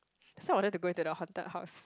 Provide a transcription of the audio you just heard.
that's why I wanted to go into the haunted house